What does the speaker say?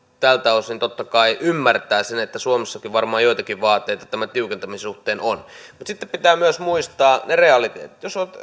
tältä osin totta kai ymmärtää sen että suomessakin varmaan joitakin vaateita tämän tiukentamisen suhteen on mutta sitten pitää myös muistaa ne realiteetit